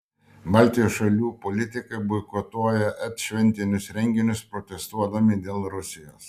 baltijos šalių politikai boikotuoja et šventinius renginius protestuodami dėl rusijos